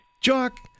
Jock